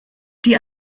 die